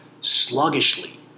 sluggishly